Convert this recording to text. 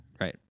right